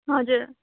हजुर